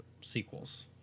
sequels